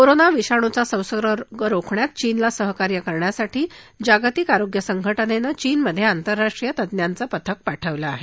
corona विषाणुच्या संसर्ग रोखण्यात चीनला सहकार्य करण्यासाठी जागतिक आरोग्य संघटनेनं चीनमध्ये आंतरराष्ट्रीय तज्ञांचं पथक पाठवलं आहे